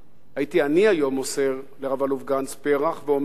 הייתי אני היום מוסר לרב-אלוף גנץ פרח ואומר לו: